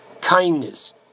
kindness